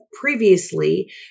previously